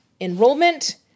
enrollment